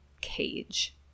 cage